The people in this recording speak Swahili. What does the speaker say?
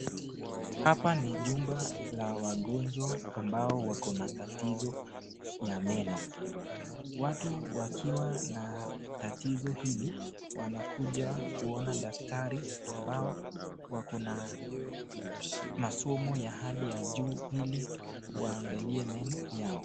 Hapa ni jumba la wagonjwa ambao wako na tizo ya meno. Watu wakiwa na tatizo hili wanakuja kuona daktari ambao wako na masomo ya hali ya juu ili waangalie meno yao.